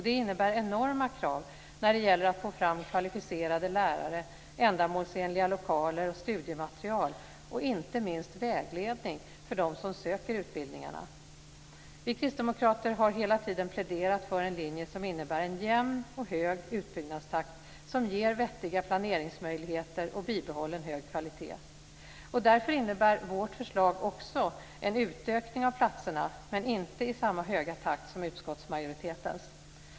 Det innebär enorma krav när det gäller att få fram kvalificerade lärare, ändamålsenliga lokaler och studiematerial och inte minst vägledning för dem som söker utbildningarna. Vi kristdemokrater har hela tiden pläderat för en linje som innebär en jämn och hög utbyggnadstakt som ger vettiga planeringsmöjligheter och bibehållen hög kvalitet. Därför innebär vårt förslag också en utökning av platserna men inte i samma höga takt som utskottsmajoriteten föreslår.